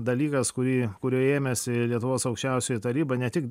dalykas kurį kurio ėmėsi lietuvos aukščiausioji taryba ne tik